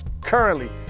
currently